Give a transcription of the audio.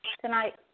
tonight